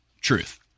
truth